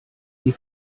die